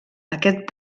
aquest